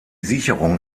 sicherung